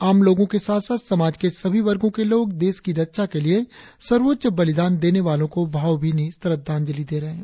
आम लोगों के साथ साथ समाज के सभी वर्गों के लोग देश की रक्षा के लिए सर्वोच्च बलिदान देने वालों को भावभीनी श्रद्धांजलि दे रहे हैं